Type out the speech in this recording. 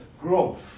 growth